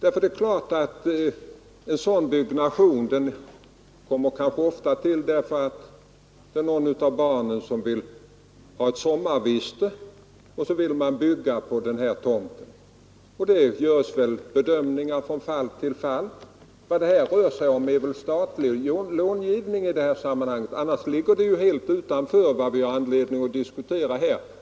En sådan här byggnation beror väl ofta på att något av barnen till markägaren vill ha ett sommarviste och önskar bygga på tomten. Där görs väl bedömningar från fall till fall. Vad det i detta fall rör sig om är statlig bostadslångivning — annars ligger det helt utanför vad vi har anledning att diskutera här.